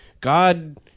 god